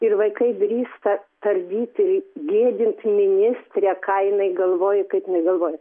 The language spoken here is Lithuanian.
ir vaikai drįsta tardyti ir gėdinti ministrę ką jinai galvoja kaip jinai galvoja